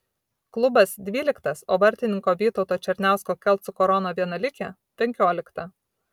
klubas dvyliktas o vartininko vytauto černiausko kelcų korona vienuolikė penkiolikta